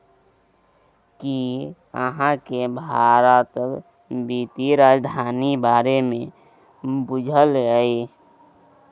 कि अहाँ केँ भारतक बित्तीय राजधानी बारे मे बुझल यै?